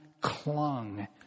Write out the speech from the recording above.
clung